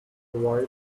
provides